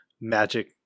magic